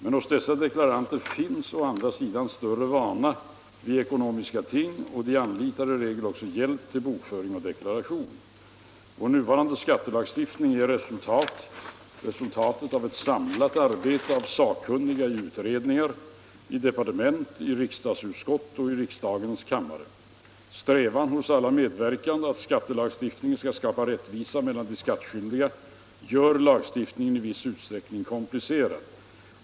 Men hos dessa deklaranter finns å andra sidan större vana vid ekonomiska ting och de anlitar i regel också hjälp till bokföring och deklaration. Vår nuvarande skattelagstiftning är resultatet av ett samlat arbete av sakkunniga i utredningar, i departement, i riksdagsutskott och i riksdagens kammare. Strävan hos alla medverkande att skattelagstiftningen skall skapa rättvisa mellan de skattskyldiga gör lagstiftningen i viss utsträckning komplicerad.